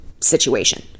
situation